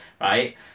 right